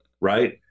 right